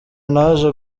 naje